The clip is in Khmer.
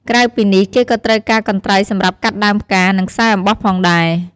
ក្រៅពីនេះ គេក៏ត្រូវការកន្ត្រៃសម្រាប់កាត់ដើមផ្កា និងខ្សែអំបោះផងដែរ។